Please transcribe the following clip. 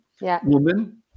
Woman